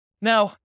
Now